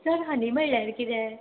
sir honey म्हळ्यार किदें